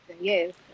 yes